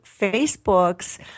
Facebook's